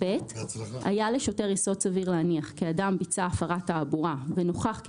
היה לשוטר יסוד סביר להניח כי אדם ביצע הפרת תעבורה ונוכח כי